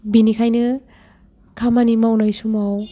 बिनिखायनो खामानि मावनाय समाव